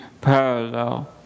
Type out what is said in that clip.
parallel